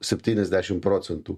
septyniasdešim procentų